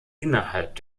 innerhalb